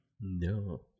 No